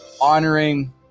honoring